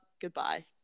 goodbye